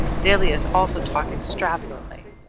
dellius also talked extravagantly,